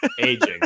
Aging